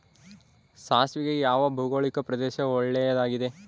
ಸಾಸಿವೆಗೆ ಯಾವ ಭೌಗೋಳಿಕ ಪ್ರದೇಶ ಒಳ್ಳೆಯದಾಗಿದೆ?